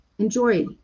enjoy